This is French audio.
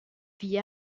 vit